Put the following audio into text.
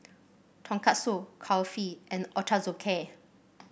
Tonkatsu Kulfi and Ochazuke